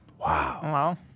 Wow